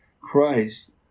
christ